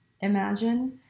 imagine